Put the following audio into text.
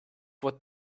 what